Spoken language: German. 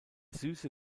süße